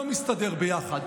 לא מסתדר ביחד.